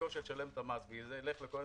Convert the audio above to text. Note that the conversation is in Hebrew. במקום שתשלם את המס וזה ילך לכל מיני